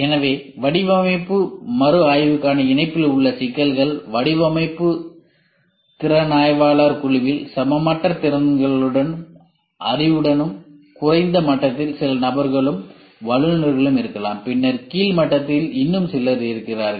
எனவே வடிவமைப்பு மறுஆய்வுக்கான இணைப்பில் உள்ள சிக்கல்கள்வடிவமைப்பு திறனாய்வாளர் குழுவில் சமமற்ற திறன்களும் அறிவும் குறைந்த மட்டத்தில் சில நபர்களும் வல்லுனர்களும் இருக்கலாம் பின்னர் கீழ் மட்டத்தில் இன்னும் சிலர் இருக்கிறார்கள்